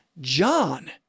John